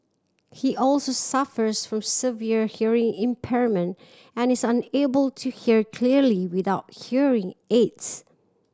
he also suffers from severe hearing impairment and is unable to hear clearly without hearing aids